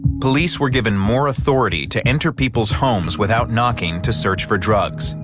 police were given more authority to enter people's homes without knocking, to search for drugs,